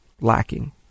lacking